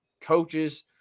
coaches